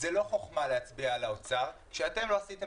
זאת לא חכמה להצביע על האוצר כשאתם לא עשיתם